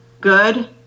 good